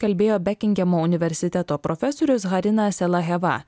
kalbėjo bekingemo universiteto profesorius harina selaheva